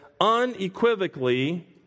unequivocally